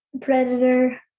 Predator